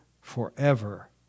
forever